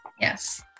Yes